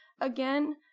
again